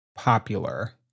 popular